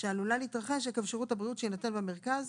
שעלולה להתרחש עקב שירות הבריאות שיינתן במרכז,